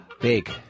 Big